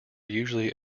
usually